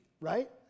right